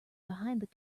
behind